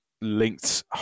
linked